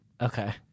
Okay